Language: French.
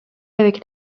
avec